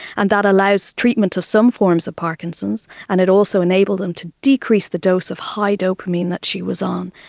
and that allows treatment of some forms of parkinson's and it also enabled them to decrease the dose of high dopamine that she was on.